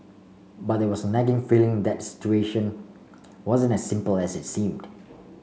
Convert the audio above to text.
but there was nagging feeling that situation wasn't as simple as it seemed